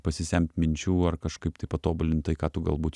pasisemt minčių ar kažkaip tai patobulint tai ką tu galbūt